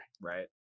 Right